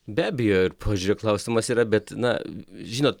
be abejo ir požiūrio klausimas yra bet na žinot